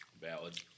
Valid